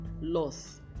loss